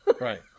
right